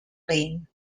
plain